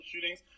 shootings